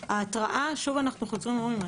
שוב אנחנו חוזרים ואומרים,